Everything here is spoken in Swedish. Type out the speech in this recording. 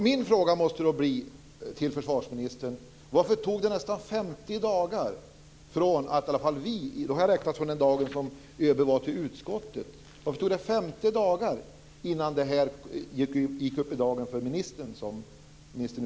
Min fråga till försvarsministern måste då bli: Varför tog det nästan 50 dagar - jag har räknat från den dagen ÖB var i utskottet - innan det här gick upp för ministern?